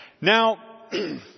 Now